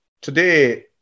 today